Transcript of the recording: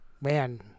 man